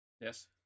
Yes